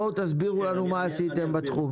בואו תסבירו לנו מה עשיתם בתחום?